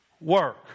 work